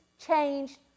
changed